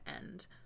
end